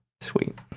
sweet